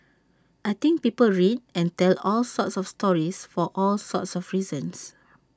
I think people read and tell all sorts of stories for all sorts of reasons